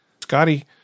Scotty